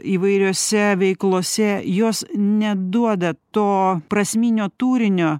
įvairiose veiklose jos neduoda to prasminio turinio